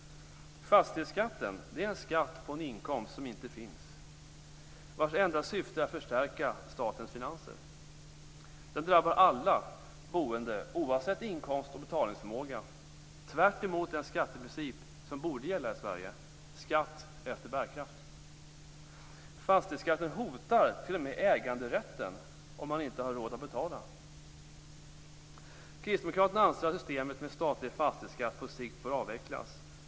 Fastighetsskatten är en skatt på en inkomst som inte finns, vars enda syfte är att förstärka statens finanser. Den drabbar alla boende, oavsett inkomst och betalningsförmåga, tvärtemot den skatteprincip som borde gälla i Sverige: skatt efter bärkraft. Fastighetsskatten hotar t.o.m. äganderätten, om man inte har råd att betala. Kristdemokraterna anser att systemet med statlig fastighetsskatt på sikt bör avvecklas.